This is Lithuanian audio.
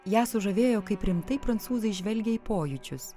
ją sužavėjo kaip rimtai prancūzai žvelgia į pojūčius